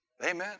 Amen